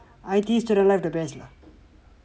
I_T_E student life the best lah